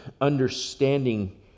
understanding